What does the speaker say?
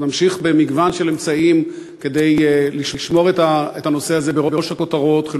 אנחנו נמשיך במגוון של אמצעים כדי לשמור את הנושא הזה בראש הכותרות.